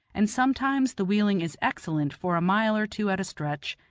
and sometimes the wheeling is excellent for a mile or two at a stretch,